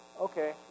okay